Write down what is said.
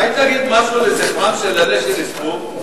אולי תגיד משהו לזכרם של אלה שנספו?